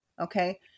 Okay